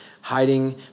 hiding